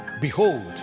Behold